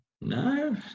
No